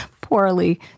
poorly